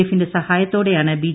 എഫിന്റെ സഹായത്തോടെയാണ് ബി